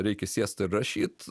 reikia sėst ir rašyt